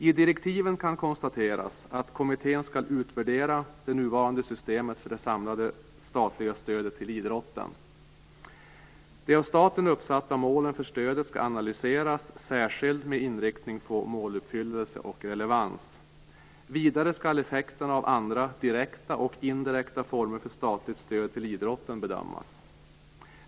I direktiven kan konstateras att kommittén skall utvärdera det nuvarande systemet för det samlade statliga stödet till idrotten. De av staten uppsatta målen för stödet skall analyseras särskilt med inriktning på måluppfyllelse och relevans. Vidare skall effekterna av andra direkta och indirekta former för statligt stöd till idrotten bedömas.